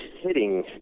hitting